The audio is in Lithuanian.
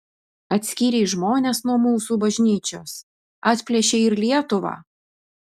atskyrei žmones nuo mūsų bažnyčios atplėšei ir lietuvą